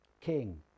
King